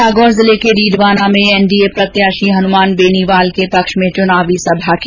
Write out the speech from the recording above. नागौर जिले के डीडवाना में श्री योगी ने एनडीए प्रत्याशी हनुमान बेनीवाल के पक्ष में चुनावी सभा की